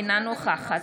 אינה נוכחת